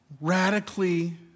radically